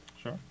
Sure